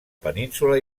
península